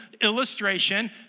illustration